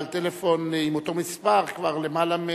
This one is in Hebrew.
בעל טלפון עם אותו מספר כבר למעלה,